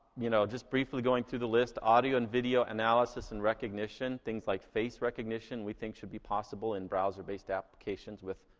you know, just briefly going through the list, audio and video analysis and recognition, things like face recognition we think should be possible in browser-based applications with,